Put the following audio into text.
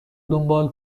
دنبال